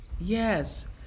Yes